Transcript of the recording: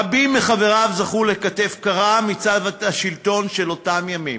רבים מחבריו זכו לכתף קרה מצד השלטון של אותם ימים.